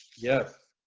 yes